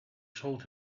told